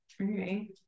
Okay